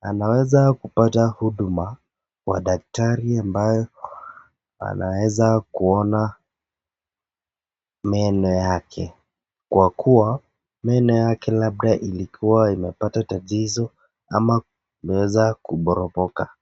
anaweza kupata huduma kwa daktari ambayo anaweza kuona meno yake kwa kuwa meno yake labda ilikuwa inapata tatizo ama imeweza kuporomoka.